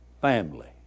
family